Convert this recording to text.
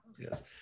yes